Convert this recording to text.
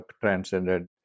transcended